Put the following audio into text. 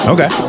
Okay